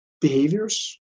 behaviors